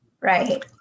Right